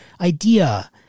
idea